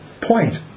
point